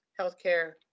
healthcare